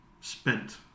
spent